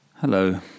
Hello